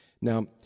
Now